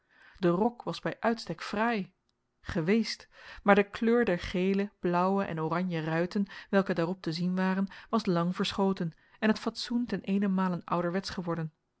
de rok was bij uitstek fraai geweest maar de kleur der gele blauwe en oranje ruiten welke daarop te zien waren was lang verschoten en het fatsoen ten eenenmale ouderwetsch geworden